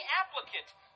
applicant